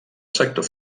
sector